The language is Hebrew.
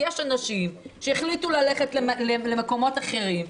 יש אנשים שהחליטו ללכת למקומות אחרים,